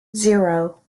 zero